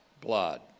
blood